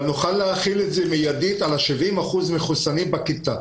אבל נוכל להחיל את זה מיידית על ה-70 אחוזים מחוסנים בכיתה.